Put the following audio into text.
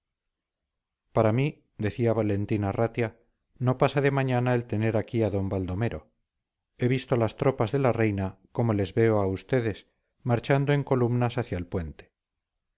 para mí decía valentín arratia no pasa de mañana el tener aquí a d baldomero he visto las tropas de la reina como les veo a ustedes marchando en columnas hacia el puente